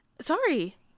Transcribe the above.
Sorry